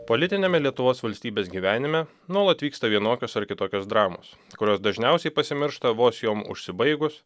politiniame lietuvos valstybės gyvenime nuolat vyksta vienokios ar kitokios dramos kurios dažniausiai pasimiršta vos jom užsibaigus